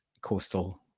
coastal